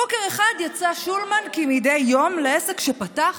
בוקר אחד יצא שולמן כמדי יום לעסק שפתח,